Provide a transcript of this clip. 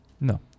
No